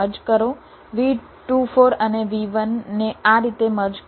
V24 અને V1 ને આ રીતે મર્જ કરો